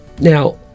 Now